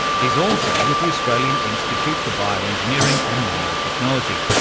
he's also with the australian institute for bioengineering and nanotechnology.